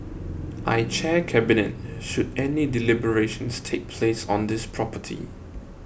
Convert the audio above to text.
I chair Cabinet should any deliberations take place on this property